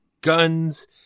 guns